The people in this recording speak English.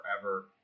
forever